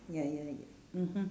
ya ya ya mmhmm